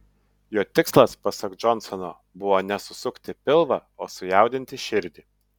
jo tikslas pasak džonsono buvo ne susukti pilvą o sujaudinti širdį